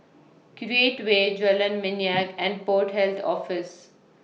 Create Way Jalan Minyak and Port Health Office